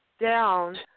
down